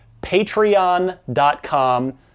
patreon.com